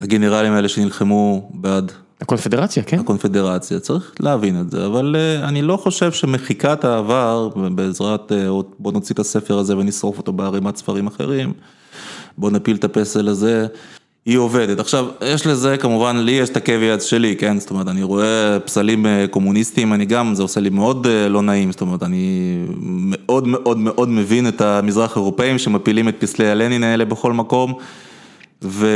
הגנרלים האלה שנלחמו בעד. הקונפדרציה, כן. הקונפדרציה, צריך להבין את זה. אבל אני לא חושב שמחיקת העבר, בעזרת בוא נוציא את הספר הזה ונשרוף אותו בערימת ספרים אחרים, בוא נפיל את הפסל הזה, היא עובדת. עכשיו, יש לזה, כמובן, לי יש את הקוויאת שלי, כן? זאת אומרת, אני רואה פסלים קומוניסטיים, אני גם, זה עושה לי מאוד לא נעים. זאת אומרת, אני מאוד מאוד מאוד מבין את המזרח האירופאים, שמפילים את פסלי הלנין האלה בכל מקום ו...